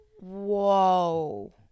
Whoa